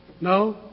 No